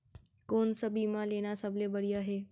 कोन स बीमा लेना सबले बढ़िया हे?